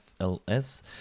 FLS